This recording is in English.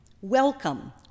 Welcome